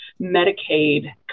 Medicaid